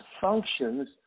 functions